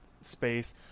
space